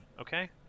Okay